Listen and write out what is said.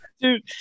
dude